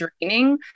draining